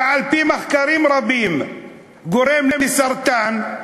ועל-פי מחקרים רבים גורם לסרטן,